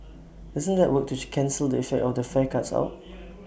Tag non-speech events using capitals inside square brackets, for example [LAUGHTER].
doesn't that work to cancel the effect of the fare cuts out [NOISE]